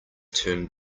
turn